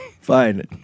Fine